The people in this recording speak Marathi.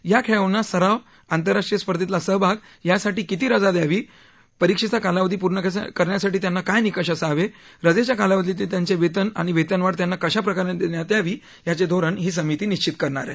या खेळाडूंना सराव आंतरराष्ट्रीय स्पर्धेतला सहभाग यासाठी किती रजा द्यावी परिविक्षा कालावधी पूर्ण करण्यासाठी त्यांना काय निकष असावे रजेच्या कालावधीतले त्यांचे वेतन आणि वेतनवाढ त्यांना कशाप्रकारे देण्यात यावी याचे धोरण ही समिती निश्वित करणार आहे